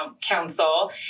Council